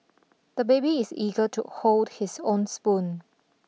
the baby is eager to hold his own spoon